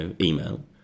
email